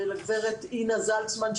ולגברת אינה זלצמן,